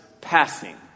passing